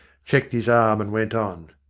checked his arm, and went on.